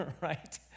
right